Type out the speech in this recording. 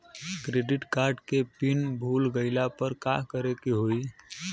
Credit card के pin भूल गईला पर का करे के होई?